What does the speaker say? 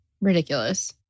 ridiculous